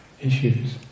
issues